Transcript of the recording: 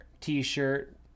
t-shirt